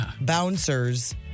bouncers